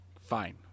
fine